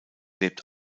lebt